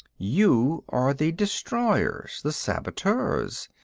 you are the destroyers, the saboteurs.